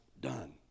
done